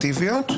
אינפורמטיביות.